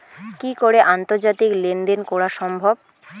কি করে আন্তর্জাতিক লেনদেন করা সম্ভব?